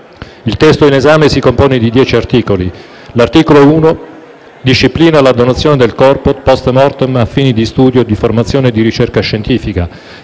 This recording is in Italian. Il testo in esame si compone di dieci articoli. L'articolo 1 disciplina la donazione del corpo *post mortem* a fini di studio, di formazione e di ricerca scientifica;